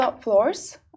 floors